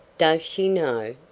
does she know?